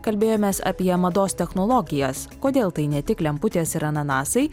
kalbėjomės apie mados technologijas kodėl tai ne tik lemputės ir ananasai